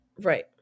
Right